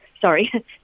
sorry